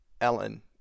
Ellen